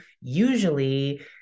usually